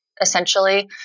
essentially